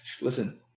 listen